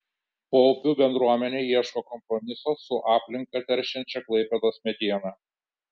paupių bendruomenė ieško kompromiso su aplinką teršiančia klaipėdos mediena